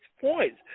points